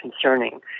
concerning